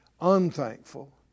Unthankful